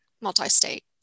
multi-state